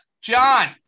John